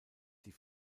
die